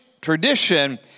tradition